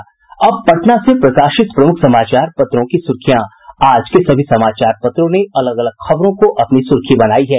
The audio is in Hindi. अब पटना से प्रकाशित प्रमुख समाचार पत्रों की सुर्खियां आज के सभी समाचार पत्रों ने अलग अलग खबरों को अपनी सुर्खी बनायी है